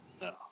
No